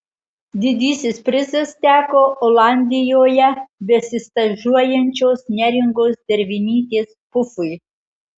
didysis prizas teko olandijoje besistažuojančios neringos dervinytės pufui